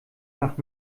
nach